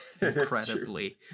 incredibly